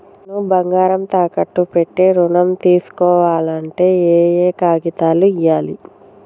నేను బంగారం తాకట్టు పెట్టి ఋణం తీస్కోవాలంటే ఏయే కాగితాలు ఇయ్యాలి?